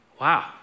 wow